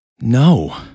No